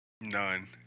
None